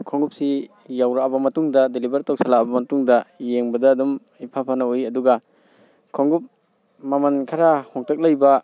ꯈꯣꯡꯎꯞꯁꯤ ꯌꯧꯔꯛꯑꯕ ꯃꯇꯨꯡꯗ ꯗꯦꯂꯤꯚꯔ ꯇꯧꯁꯜꯂꯛꯑꯕ ꯃꯇꯨꯡꯗ ꯌꯦꯡꯕꯗ ꯑꯗꯨꯝ ꯏꯐ ꯐꯅ ꯎꯏ ꯑꯗꯨꯒ ꯈꯣꯡꯎꯞ ꯃꯃꯟ ꯈꯔ ꯍꯣꯡꯇꯛ ꯂꯩꯕ